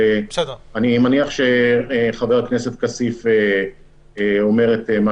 אני מניח שחבר הכנסת כסיף אומר את מה